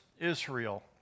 Israel